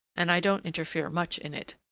and i don't interfere much in it.